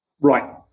Right